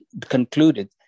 concluded